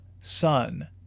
Sun